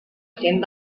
cent